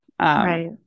Right